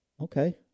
Okay